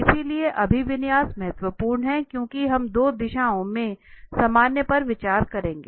इसलिए अभिविन्यास महत्वपूर्ण है क्योंकि हम दो दिशाओं में सामान्य पर विचार करेंगे